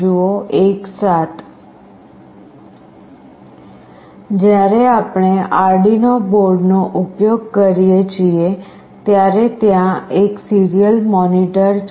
જ્યારે આપણે આર્ડિનો બોર્ડનો ઉપયોગ કરીએ છીએ ત્યારે ત્યાં એક સીરીયલ મોનિટર છે